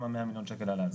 גם ה-100 מיליון שקל העלאה.